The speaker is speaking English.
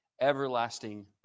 everlasting